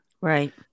Right